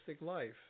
Life